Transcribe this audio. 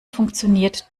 funktioniert